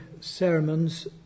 sermons